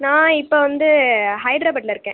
நான் இப்போ வந்து ஹைத்ராபாட்ல இருக்கேன்